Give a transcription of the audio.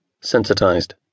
sensitized